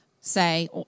say